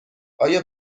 آیا